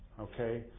okay